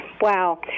Wow